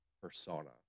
persona